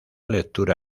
lectura